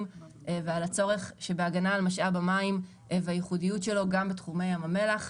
ועל הצורך שבהגנה על משאב המים והייחודיות שלו גם בתחומי ים המלח.